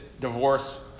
divorce